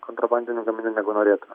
kontrobandinių gaminių negu norėtume